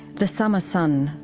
the summer sun,